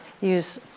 use